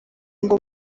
ngo